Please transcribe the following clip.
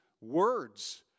words